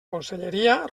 conselleria